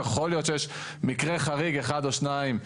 יכול להיות שיש מקרה חריג אחד או שניים,